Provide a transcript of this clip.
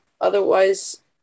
otherwise